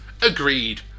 Agreed